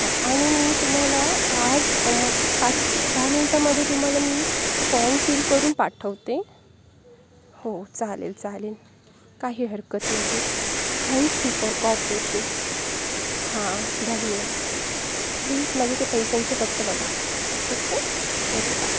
हां आणि मी तुम्हाला आज पाच दहा मिनटामध्ये तुम्हाला मी फॉम फील करून पाठवते हो चालेल चालेल काही हरकत नाही थॅंक्यू फॉर कॉपरेशन हां धन्यवाद प्लीज माझे ते पैशाचं फक्त बघा ओके ओके बाय